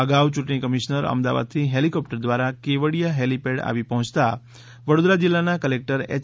અગાઉ ચૂંટણી કમિશ્નર અમદાવાદથી હેલીકોપ્ટર દ્વારા કેવડીયા હેલીપેડ આવી પહોંચતા વડોદરા જીલ્લાના કલેક્ટર એચ